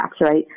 right